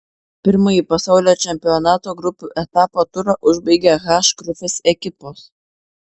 pirmąjį pasaulio čempionato grupių etapo turą užbaigė h grupės ekipos